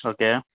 okay